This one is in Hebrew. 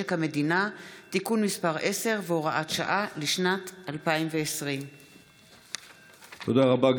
משק המדינה (תיקון מס' 10 והוראת שעה לשנת 2020). תודה רבה,